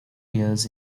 years